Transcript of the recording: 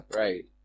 right